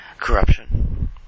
corruption